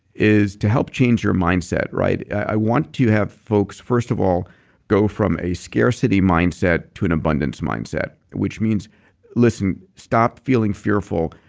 is to help change your mindset. i want to have folks first of all go from a scarcity mindset to an abundance mindset, which means listen, stop feeling fearful.